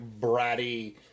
bratty